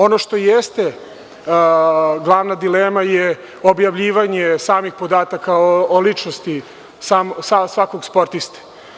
Ono što jeste glavna dilema je objavljivanje samih podataka o ličnosti svakog sportiste.